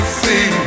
see